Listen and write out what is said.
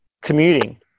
commuting